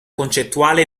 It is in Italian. concettuale